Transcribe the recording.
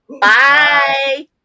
Bye